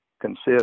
consists